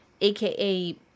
aka